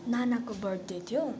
नानाको birthday थियो